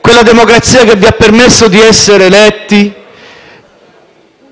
quella democrazia che vi ha permesso di essere eletti